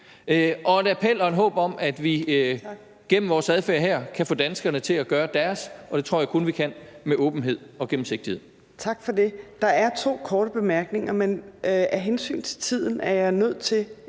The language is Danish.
og en appel og et håb om, at vi gennem vores adfærd her kan få danskerne til at gøre deres. Og det tror jeg kun vi kan med åbenhed og gennemsigtighed.